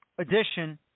edition